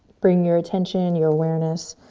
bring your attention, your awareness,